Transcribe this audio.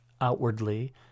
outwardly